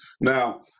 Now